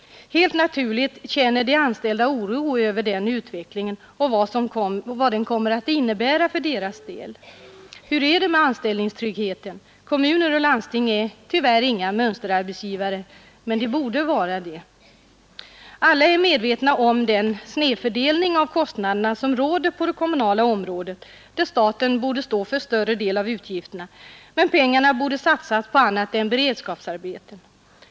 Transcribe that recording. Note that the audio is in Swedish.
Helt naturligt känner de anställda oro över vad utvecklingen kommer att innebära för deras del. Hur är det med anställningstryggheten? Kommuner och landsting är tyvärr inga mönsterarbetsgivare, men de borde vara det. Alla är medvetna om den snedfördelning av kostnaderna som råder på det kommunala området. Där borde staten stå för en större del av utgifterna, men pengarna borde satsas på annat än beredskapsarbeten.